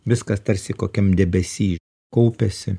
viskas tarsi kokiam debesy kaupiasi